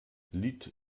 lied